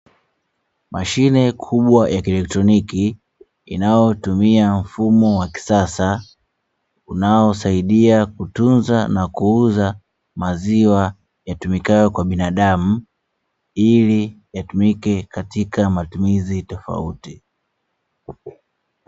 Mashine kubwa ya kieletroniki inayotumia mfumo wa kisasa unaosaidia kutunza na kuuza maziwa yatumikayo kwa binadamu ili yatumike katika matumizi tofauti.